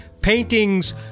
Paintings